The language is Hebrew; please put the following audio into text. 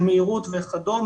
מהירות וכד',